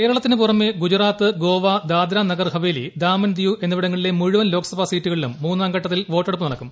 കേരളത്തിനു പുറമെ ഗുജറാത്ത് ഗോവ ദാദ്രാനഗർ ഹവേലി ദാമൻ ദിയു എന്നിവിടങ്ങളിലെ മുഴുവൻ ലോക്സഭാ സീറ്റുകളിലും മൂന്നാംഘട്ടത്തിൽ വോട്ടെടുപ്പ് നടക്കും